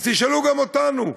אז תשאלו גם אותנו.